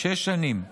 שש שנים,